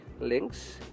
links